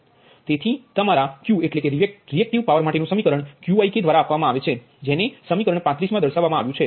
તેથી તમારા Q માટેનુ સમીકરણ Qikદ્વારા આપવામાં આવે છે કે જેને સમીકરણ દર્શાવવામા આવ્યુ છે